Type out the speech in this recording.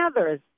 others